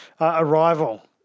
Arrival